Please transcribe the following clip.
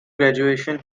graduation